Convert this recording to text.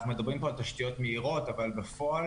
אנחנו מדברים כאן על תשתיות מהירות אבל בפועל